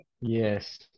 Yes